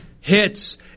hits